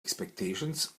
expectations